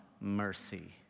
mercy